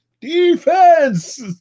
Defense